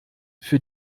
für